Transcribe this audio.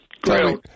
Great